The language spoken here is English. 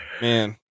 man